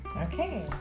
Okay